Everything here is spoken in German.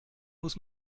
muss